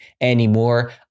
anymore